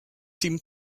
seem